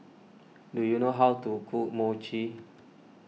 do you know how to cook Mochi